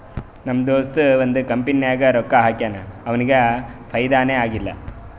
ನಮ್ ದೋಸ್ತ ಒಂದ್ ಕಂಪನಿನಾಗ್ ರೊಕ್ಕಾ ಹಾಕ್ಯಾನ್ ಅವ್ನಿಗ ಫೈದಾನೇ ಆಗಿಲ್ಲ